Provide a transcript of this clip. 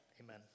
amen